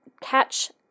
catch